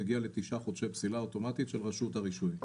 מגיע לתשעה חודשי פסילה אוטומטית של רשות הרישוי,